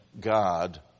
God